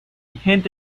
gente